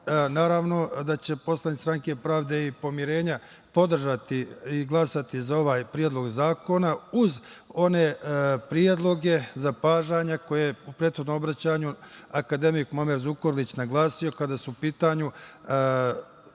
Naravno, poslanici Stranke pravde i pomirenja će podržati i glasati za ovaj Predlog zakona uz one predloge, zapažanja koje je u prethodnom obraćanju akademik Muamer Zukorlić naglasio, a kada su u pitanju